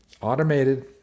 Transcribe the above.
automated